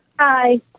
Hi